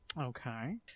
Okay